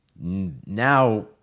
now